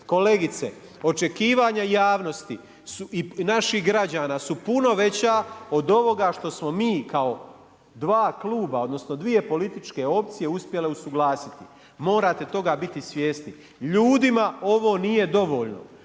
Kolegice očekivanja javnosti su i naših građana su puno veća od ovoga što smo mi kao dva kluba, odnosno dvije političke opcije uspjele usuglasiti. Morate toga biti svjesni. Ljudima ovo nije dovoljno.